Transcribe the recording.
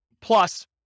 plus